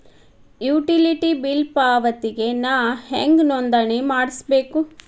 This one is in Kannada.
ಯುಟಿಲಿಟಿ ಬಿಲ್ ಪಾವತಿಗೆ ನಾ ಹೆಂಗ್ ನೋಂದಣಿ ಮಾಡ್ಸಬೇಕು?